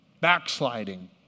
Backsliding